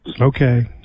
Okay